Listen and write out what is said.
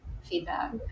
feedback